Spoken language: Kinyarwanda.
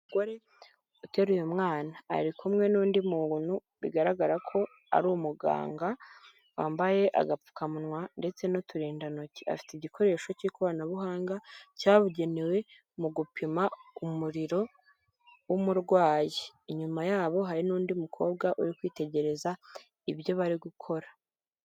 Umugore uteruye umwana. Ari kumwe n'undi muntu bigaragara ko ari umuganga wambaye agapfukamunwa ndetse n'uturindantoki. Afite igikoresho cy'ikoranabuhanga cyabugenewe mu gupima umuriro w'umurwayi. Inyuma yabo hari n'undi mukobwa uri kwitegereza ibyo bari gukora.